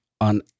on